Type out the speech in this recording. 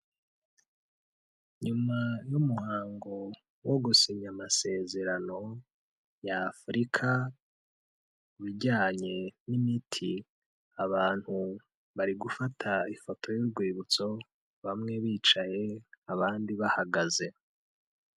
Nyuma y'umuhango wo gusinya amasezerano ya Afurika k'ibijyanye n'imiti abantu bari gufata ifoto y'urwibutso bamwe bicaye abandi bahagaze.